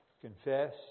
Confess